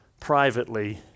privately